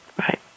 right